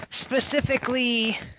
specifically